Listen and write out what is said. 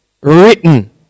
written